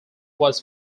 was